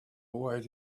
await